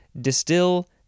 distill